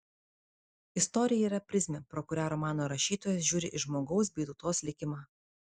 istorija yra prizmė pro kurią romano rašytojas žiūri į žmogaus bei tautos likimą